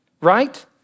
right